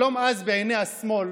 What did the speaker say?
שלום אז בעיני השמאל,